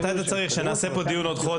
מתי אתה צריך שנעשה פה דיון נוסף?